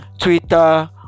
twitter